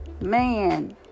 man